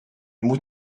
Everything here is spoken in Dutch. moet